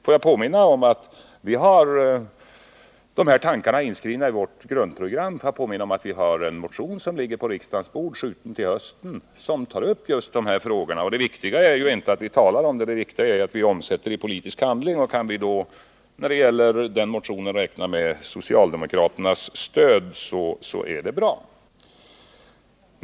Får jag påminna om att vi redan har de tankarna inskrivna i vårt grundprogram, och får jag påminna om att vi har en motion, som ligger på riksdagens bord, skjuten till hösten, som tar upp just de här frågorna. Det viktiga är inte att vi talar om dem, utan det viktiga är ju att vi omsätter tankarna i politisk handling. Kan vi då det gäller den motionen räkna med socialdemokraternas stöd, så är det bra.